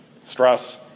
stress